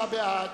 27 בעד,